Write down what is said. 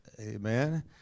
Amen